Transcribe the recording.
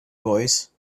boys